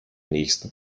nächsten